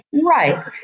Right